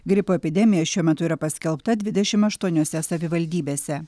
gripo epidemija šiuo metu yra paskelbta dvidešim aštuoniose savivaldybėse